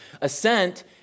Assent